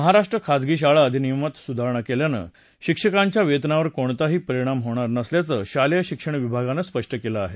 महाराष्ट्र खाजगी शाळा अधिनियमात सुधारणा केल्याने शिक्षकांच्या वेतनावर कोणताही परिणाम होणार नसल्याचं शालेयशिक्षण विभागानं स्पष्ट केलं आहे